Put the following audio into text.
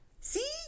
See